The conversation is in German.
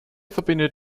verbindet